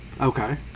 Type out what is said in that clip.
Okay